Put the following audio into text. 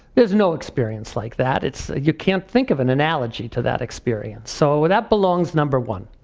there's no experience like that. it's, you can't think of an analogy to that experience. so that belongs number one.